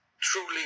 truly